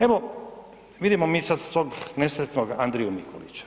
Evo, vidimo mi sad tog nesretnog Andriju Mikulića.